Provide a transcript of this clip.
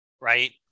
right